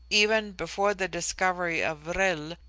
even before the discovery of vril,